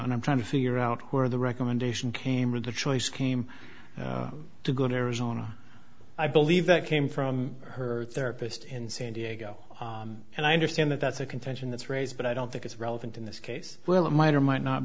and i'm trying to figure out where the recommendation came or the choice came to go to arizona i believe that came from her therapist in san diego and i understand that that's a contention that's raised but i don't think it's relevant in this case well it might or might not